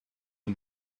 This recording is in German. nur